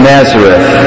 Nazareth